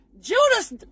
Judas